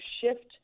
shift